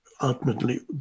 ultimately